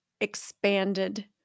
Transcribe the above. expanded